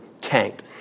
tanked